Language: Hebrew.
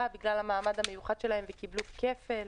בגלל המעמד המיוחד שלהם והם קיבלו כפל.